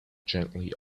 gently